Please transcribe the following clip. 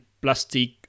plastic